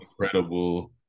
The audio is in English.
incredible